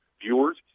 viewers